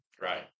Right